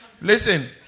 listen